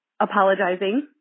apologizing